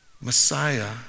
Messiah